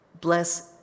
bless